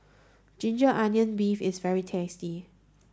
ginger onions beef is very tasty